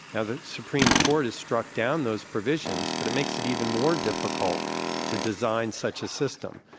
now, the supreme court has struck downthose provisions. but it makes it even more difficult to design such a system.